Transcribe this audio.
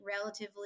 relatively